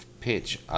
pitch